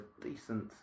Decent